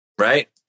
right